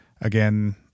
Again